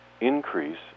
increase